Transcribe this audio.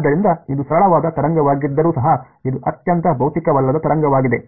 ಆದ್ದರಿಂದ ಇದು ಸರಳವಾದ ತರಂಗವಾಗಿದ್ದರೂ ಸಹ ಇದು ಅತ್ಯಂತ ಭೌತಿಕವಲ್ಲದ ತರಂಗವಾಗಿದೆ